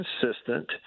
consistent